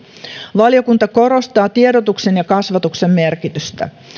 valiokunta korostaa tiedotuksen ja kasvatuksen merkitystä